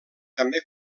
també